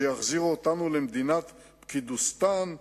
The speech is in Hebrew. שיחזירו אותנו למדינת פקידוסטן,